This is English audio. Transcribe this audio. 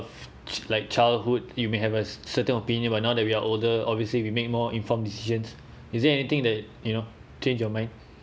like chi~ childhood you may have a certain opinion but now that we are older obviously we make more informed decisions is there anything that you know change your mind